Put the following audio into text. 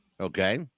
Okay